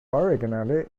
originally